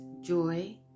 joy